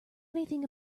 anything